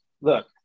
Look